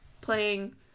playing